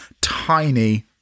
tiny